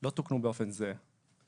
לא תוקנו באופן זהה,